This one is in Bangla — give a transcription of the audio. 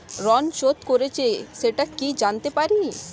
ঋণ শোধ করেছে সেটা কি জানতে পারি?